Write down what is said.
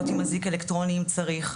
להיות עם אזיק אלקטרוני אם צריך.